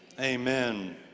amen